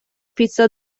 پیتزا